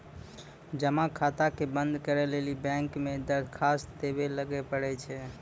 जमा खाता के बंद करै लेली बैंक मे दरखास्त देवै लय परै छै